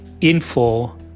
info